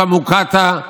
שהמוקטעה,